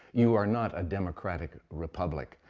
you are not a democratic republic.